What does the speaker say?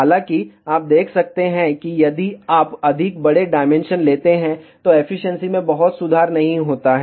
हालांकि आप देख सकते हैं कि यदि आप अधिक बड़े डायमेंशन लेते हैं तो एफिशिएंसी में बहुत सुधार नहीं होता है